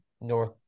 North